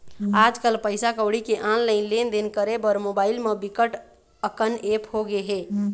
आजकल पइसा कउड़ी के ऑनलाईन लेनदेन करे बर मोबाईल म बिकट अकन ऐप होगे हे